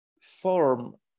form